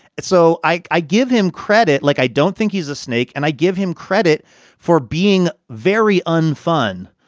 and so i i give him credit. like, i don't think he's a snake and i give him credit for being very unfun.